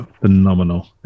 phenomenal